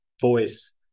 voice